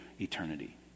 eternity